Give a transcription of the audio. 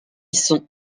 sont